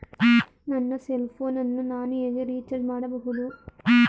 ನನ್ನ cell phone ಅನ್ನು ನಾನು ಹೇಗೆ ರಿಚಾರ್ಜ್ ಮಾಡಬಹುದು?